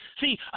See